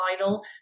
final